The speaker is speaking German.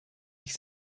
ich